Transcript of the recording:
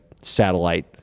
satellite